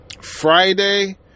Friday